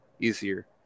easier